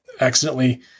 accidentally